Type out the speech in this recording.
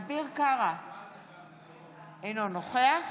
אינו נוכח